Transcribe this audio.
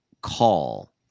call